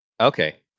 Okay